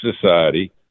society